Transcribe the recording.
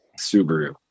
Subaru